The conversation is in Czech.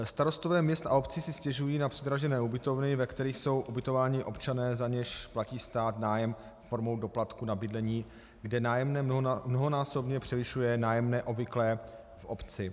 Starostové měst a obcí si stěžují na předražené ubytovny, ve kterých jsou ubytováni občané, za něž platí stát nájem formou doplatku na bydlení, kde nájemné mnohonásobně převyšuje nájemné obvyklé v obci.